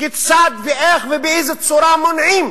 כיצד ואיך ובאיזה צורה מונעים